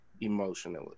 emotionally